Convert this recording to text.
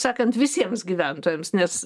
sakant visiems gyventojams nes